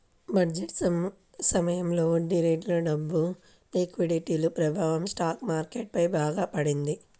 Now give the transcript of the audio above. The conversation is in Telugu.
బడ్జెట్ సమయంలో వడ్డీరేట్లు, డబ్బు లిక్విడిటీల ప్రభావం స్టాక్ మార్కెట్ పై బాగా పడింది